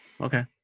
Okay